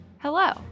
Hello